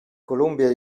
columbia